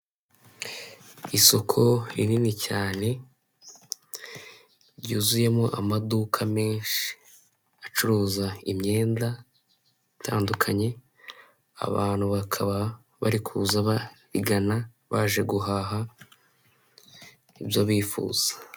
Isoko rinini cyane ryuzuyemo amaduka menshi, acuruza imyenda itandukanye. Abantu bakaba bari kuza bagana baje guhaha ibyo bifuza.